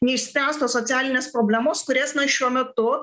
neišspręstos socialinės problemos kurias na šiuo metu